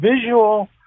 visual